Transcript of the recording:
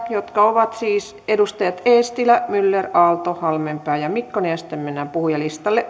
jotka ovat siis edustajille eestilä myller aalto halmeenpää ja mikkonen ja sitten mennään puhujalistalle